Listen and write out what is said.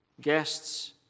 guests